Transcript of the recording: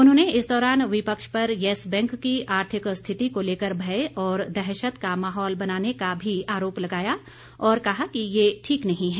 उन्होंने इस दौरान विपक्ष पर येस बैंक की आर्थिक स्थिति को लेकर भय और दहशत का माहौल बनाने का भी आरोप लगाया और कहा कि यह ठीक नहीं है